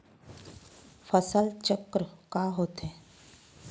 फसल चक्र का होथे?